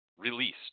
released